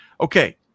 Okay